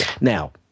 Now